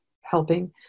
helping